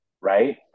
right